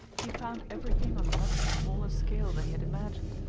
he found everything on a much smaller scale than he had imagined.